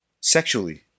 sexually